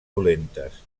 dolentes